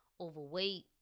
overweight